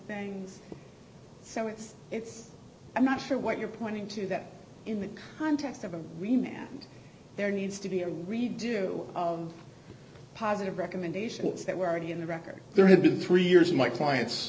things so it's it's i'm not sure what you're pointing to that in the context of a rematch there needs to be a redo of positive recommendations that were already in the record there have been three years of my client